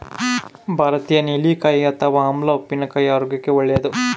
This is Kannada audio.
ಭಾರತೀಯ ನೆಲ್ಲಿಕಾಯಿ ಅಥವಾ ಆಮ್ಲ ಉಪ್ಪಿನಕಾಯಿ ಆರೋಗ್ಯಕ್ಕೆ ಒಳ್ಳೇದು